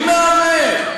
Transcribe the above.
מי מהמר?